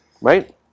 right